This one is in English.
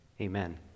Amen